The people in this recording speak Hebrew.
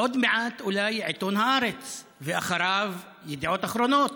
עוד מעט אולי עיתון הארץ ואחריו ידיעות אחרונות,